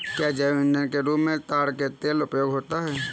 क्या जैव ईंधन के रूप में ताड़ के तेल का उपयोग होता है?